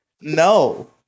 No